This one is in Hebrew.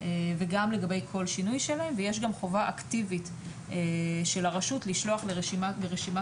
ויש חובה אקטיבית של הרשות לשלוח לרשימת